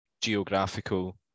geographical